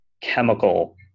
chemical